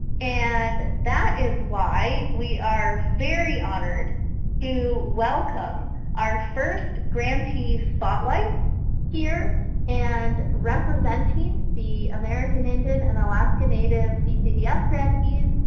and that is why we are very honored to welcome our first grantee spotlight here and representing the american indian and alaska native ccdf grantees,